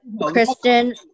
Kristen